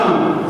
אותם תולים שם?